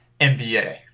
NBA